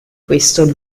questo